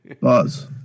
Buzz